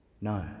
No